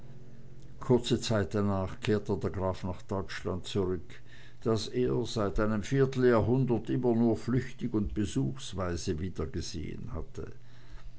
kurze zeit danach kehrte der graf nach deutschland zurück das er seit einem vierteljahrhundert immer nur flüchtig und besuchsweise wiedergesehen hatte